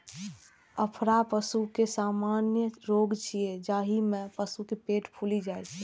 अफरा पशुक सामान्य रोग छियै, जाहि मे पशुक पेट फूलि जाइ छै